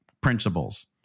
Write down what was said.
principles